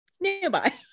nearby